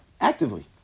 Actively